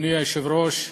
אדוני היושב-ראש,